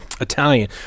Italian